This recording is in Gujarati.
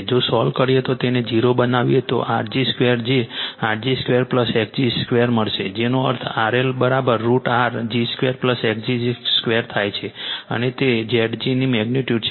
જો સોલ્વ કરીએ તો તેને 0 બનાવીએ તો R g 2 જે R g 2 x g 2 મળશે જેનો અર્થ RL√R g 2 x g 2 થાય છે અને તે Zg ની મેગ્નિટ્યુડ છે